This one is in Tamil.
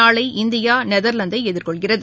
நாளை இந்தியா நெதர்லாந்தைஎதிர்கொள்கிறது